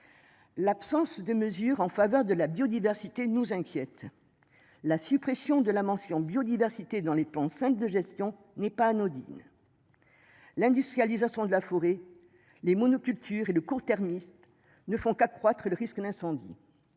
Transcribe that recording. L'absence de mesures en faveur de la biodiversité, nous inquiète. La suppression de la mention biodiversité dans les plans cinq de gestion n'est pas anodine. L'industrialisation de la forêt. Les monocultures et le court-termiste ne font qu'accroître le risque d'incendie.